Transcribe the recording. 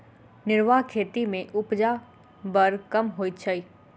निर्वाह खेती मे उपजा बड़ कम होइत छै